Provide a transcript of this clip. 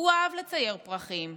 הוא אהב לצייר פרחים,